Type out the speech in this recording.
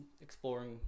exploring